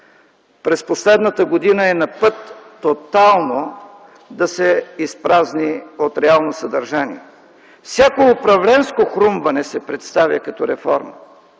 през последната година е на път тотално да се изпразни от реално съдържание. Всяко управленско хрумване се представя като реформа,